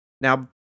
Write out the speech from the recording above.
Now